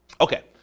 Okay